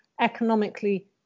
economically